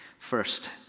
First